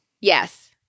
Yes